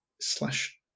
slash